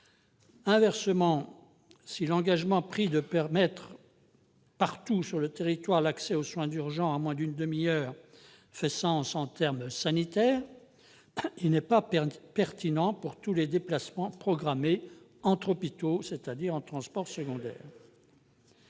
Inversement, si l'engagement pris de permettre partout sur le territoire l'accès aux soins urgents en moins d'une demi-heure fait sens en termes sanitaires, il n'est pas pertinent pour tous les déplacements programmés entre hôpitaux. Comment parvenir